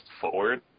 forward